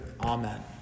Amen